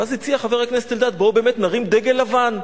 ואז הציע חבר הכנסת אלדד: בואו באמת נרים דגל לבן.